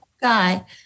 guy